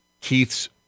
Keith's